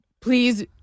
please